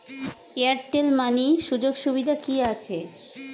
Airtel money সুযোগ সুবিধা কি আছে?